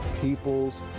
people's